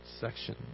section